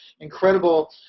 incredible